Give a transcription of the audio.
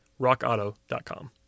rockauto.com